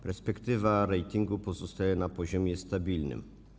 Perspektywa ratingu pozostaje na poziomie stabilnym.